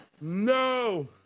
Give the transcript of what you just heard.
No